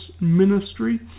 ministry